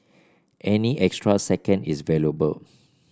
any extra second is valuable